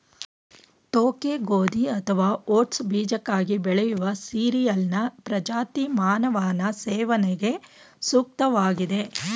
ತೋಕೆ ಗೋಧಿ ಅಥವಾ ಓಟ್ಸ್ ಬೀಜಕ್ಕಾಗಿ ಬೆಳೆಯುವ ಸೀರಿಯಲ್ನ ಪ್ರಜಾತಿ ಮಾನವನ ಸೇವನೆಗೆ ಸೂಕ್ತವಾಗಿದೆ